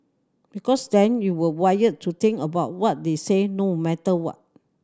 because then you were wired to think about what they said no matter what